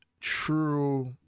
true